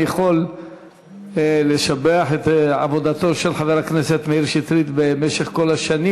אני יכול לשבח את עבודתו של חבר הכנסת מאיר שטרית במשך כל השנים.